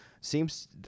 seems